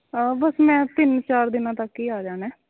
ਬਸ ਮੈਂ ਤਿੰਨ ਚਾਰ ਦਿਨਾਂ ਤੱਕ ਹੀ ਆ ਜਾਣਾ